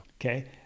Okay